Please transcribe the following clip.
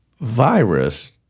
virus